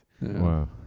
Wow